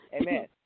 Amen